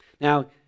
Now